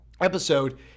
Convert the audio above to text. episode